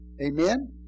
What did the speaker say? Amen